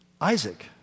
Isaac